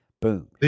boom